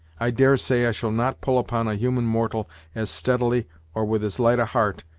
i dare say i shall not pull upon a human mortal as steadily or with as light a heart,